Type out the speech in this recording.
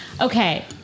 Okay